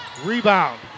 rebound